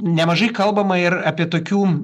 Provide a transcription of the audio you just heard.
nemažai kalbama ir apie tokių